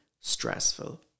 stressful